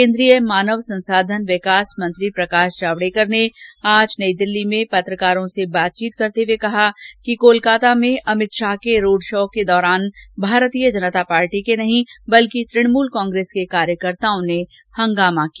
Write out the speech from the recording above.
केन्द्रीय मानव संसाधन विकास मंत्री प्रकाश जावडेकर ने आज नई दिल्ली में पत्रकारों से बातचीत करते हुए कहा कि कोलकता में अमित शाह के रोड शो के दौरान भारतीय जनता पार्टी के नहीं बल्कि तृणमूल कांग्रेस के कार्यकर्ताओं ने हंगामा किया